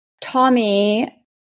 Tommy